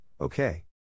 okay